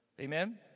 Amen